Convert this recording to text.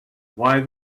why